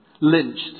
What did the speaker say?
lynched